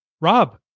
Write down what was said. Rob